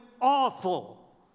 awful